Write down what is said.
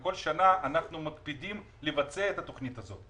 כל שנה אנחנו מקפידים לבצע את התכנית הזאת.